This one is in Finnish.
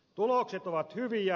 tulokset ovat hyviä